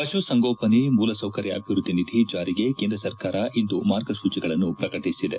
ಪಶುಸಂಗೋಪನೆ ಮೂಲಸೌಕರ್ಯ ಅಭಿವೃದ್ದಿ ನಿಧಿ ಜಾರಿಗೆ ಕೇಂದ್ರ ಸರ್ಕಾರ ಇಂದು ಮಾರ್ಗಸೂಚಿಗಳನ್ನು ಪ್ರಕಟಿಸಿದೆ